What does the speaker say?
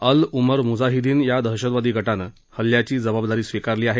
अल उमर मुजाहिदीन या दहशतवादी गटानं हल्ल्यांची जबाबदारी स्वीकारली आहे